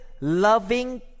loving